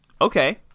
Okay